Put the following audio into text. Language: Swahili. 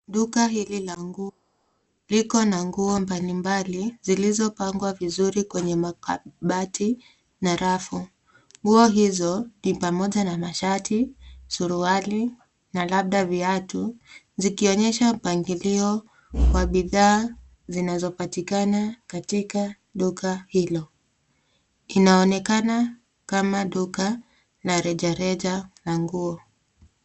Duka hili la nguo liko na nguo mbalimbali zilizopangwa vizuri kwenye makabati na rafu. Nguo hizo ni pamoja na mashati, suruali na labda viatu zikionyesha mpangilio wa bidhaa zinazopatikana katika duka hilo. Inaonekana kama duka la rejareja la nguo.